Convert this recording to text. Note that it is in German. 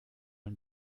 ein